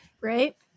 right